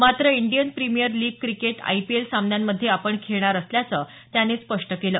मात्र Indian premier league cricket IPL सामन्यांमध्ये आपण खेळणार असल्याचं त्यानं स्पष्ट केलं